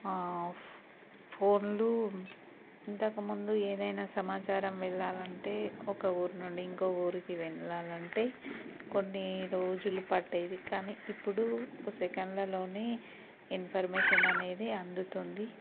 ఫో ఫోన్లు ఇంతకుముందు ఏదైనా సమాచారం వెళ్లాలంటే ఒక ఊరి నుండి ఇంకో ఊరికి వెళ్లాలంటే కొన్ని రోజులు పట్టేది కానీ ఇప్పుడు ఒక సెకండ్లలోనే ఇన్ఫర్మేషన్ అనేది అందుతుంది